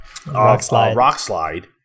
Rockslide